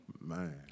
man